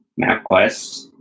MapQuest